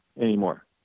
anymore